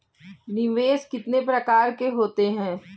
निवेश कितने प्रकार के होते हैं?